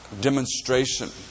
demonstration